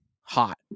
hot